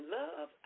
love